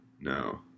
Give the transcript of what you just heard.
no